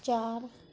चारि